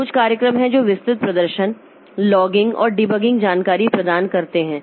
कुछ कार्यक्रम हैं जो विस्तृत प्रदर्शन लॉगिंग और डिबगिंग जानकारी प्रदान करते हैं